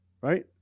right